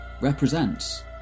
represents